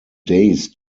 days